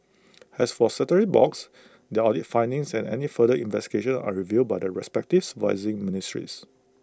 as for statutory box their audit findings and any further investigations are reviewed by their respects supervising ministries